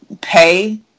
pay